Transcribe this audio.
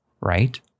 right